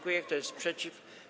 Kto jest przeciw?